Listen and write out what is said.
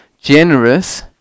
generous